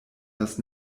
das